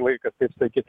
laikas taip sakyt